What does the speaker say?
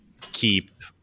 keep